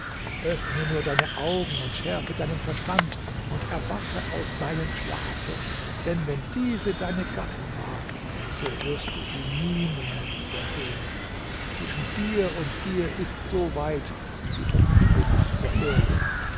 öffne nur deine augen und schärfe deinen verstand und erwache aus deinem schlafe denn wenn diese deine gattin war so wirst du sie nie mehr wiedersehen zwischen dir und ihr ist so weit wie vom himmel bis zur erde